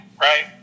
right